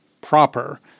proper